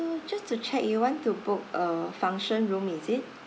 so just to check you want to book a function room is it